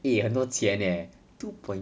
eh 很多钱 leh two point